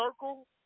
circle